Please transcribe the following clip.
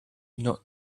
not